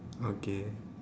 okay